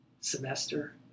semester